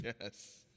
yes